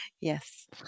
Yes